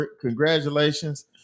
congratulations